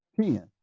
ten